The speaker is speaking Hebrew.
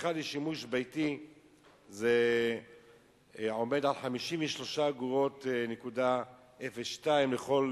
הצריכה לשימוש ביתית עומדת על 53.02 אגורות לכל